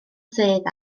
sedd